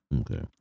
Okay